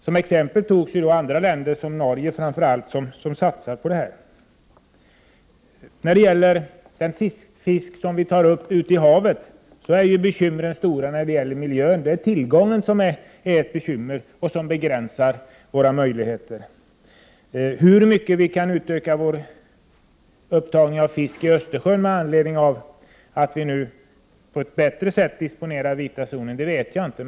Som exempel nämndes andra länder som bl.a. Norge, där man satsar på fisket. 133 När det gäller den fisk vi tar upp ute i havet är bekymren stora i fråga om 30 november 1988 miljön. Tillgången på fisk begränsar våra möjligheter. Hur mycket vi kan utöka vår upptagning av fisk i Östersjön med anledning av att vi nu på ett bättre sätt disponerar den vita zonen vet jag inte.